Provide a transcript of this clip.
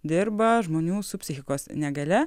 dirba žmonių su psichikos negalia